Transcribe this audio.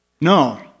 No